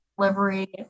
delivery